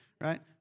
Right